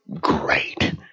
great